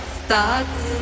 starts